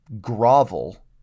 grovel